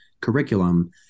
curriculum